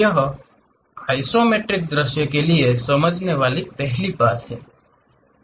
यह आइसोमेट्रिक दृश्य के लिए समजने वाली पहली बात है